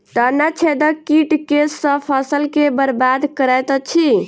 तना छेदक कीट केँ सँ फसल केँ बरबाद करैत अछि?